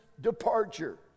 departure